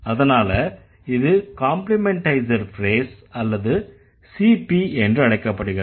அதனால இது complementizer phrase அல்லது CP என்றழைக்கப்படுகிறது